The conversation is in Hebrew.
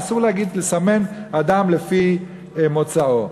אסור לסמן אדם לפי מוצאו.